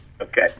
Okay